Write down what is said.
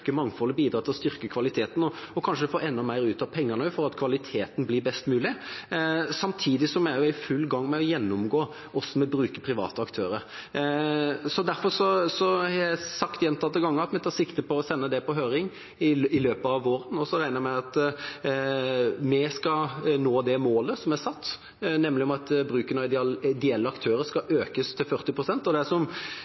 til å styrke mangfoldet og kvaliteten og kanskje få enda mer ut av pengene for at kvaliteten skal bli best mulig. Samtidig er vi i full gang med å gjennomgå hvordan vi bruker private aktører. Derfor har jeg sagt gjentatte ganger at vi tar sikte på å sende dette på høring i løpet av våren. Jeg regner med at vi skal nå målet som er satt om at bruken av ideelle aktører skal